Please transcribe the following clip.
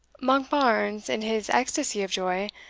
monkbarns, in his ecstasy of joy,